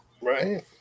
Right